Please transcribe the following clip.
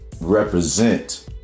represent